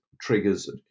triggers